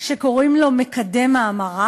שקוראים לו מקדם ההמרה.